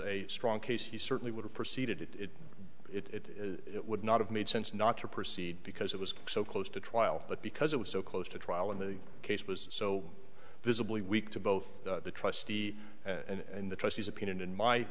a strong case he certainly would have proceeded it it would not have made sense not to proceed because it was so close to trial but because it was so close to trial in the case was so visibly weak to both the trustee and the trustees opinion in my